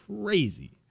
crazy